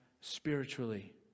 spiritually